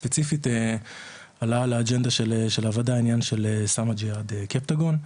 ספציפית על האג'נדה של 'סם הג'יהאד', הקפטגון.